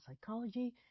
psychology